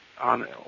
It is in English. on